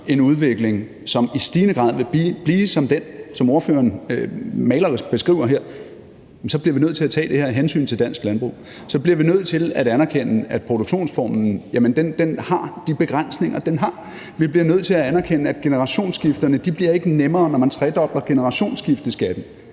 en udvikling, som i stigende grad vil blive som den, spørgeren malerisk beskriver her, så bliver vi nødt til at tage det her hensyn til dansk landbrug. Så bliver vi nødt til at anerkende, at produktionsformen har de begrænsninger. Vi bliver nødt til at anerkende, at generationsskifterne ikke bliver nemmere, når man tredobler generationsskifteskatten.